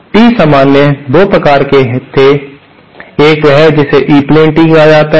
T सामान्य 2 प्रकार के थे एक वह है जिसे ई प्लेन टी कहा जाता है